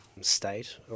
state